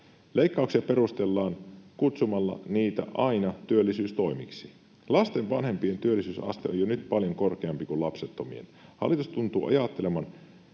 Leikkauksia perustellaan kutsumalla niitä aina työllisyystoimiksi. Lasten vanhempien työllisyysaste on jo nyt paljon korkeampi kuin lapsettomien. Hallitus tuntuu ajattelevan